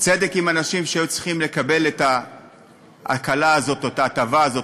צדק עם אנשים שהיו צריכים לקבל את ההקלה הזאת או את ההטבה הזאת,